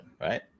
right